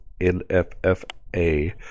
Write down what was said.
NFFA